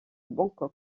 bangkok